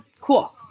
Cool